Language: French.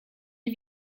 les